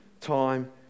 time